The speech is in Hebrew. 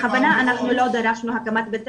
בכוונה אנחנו לא דרשנו הקמת בית ספר,